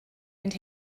mynd